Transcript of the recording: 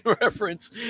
reference